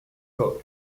code